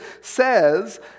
says